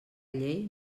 llei